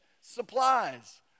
supplies